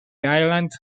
island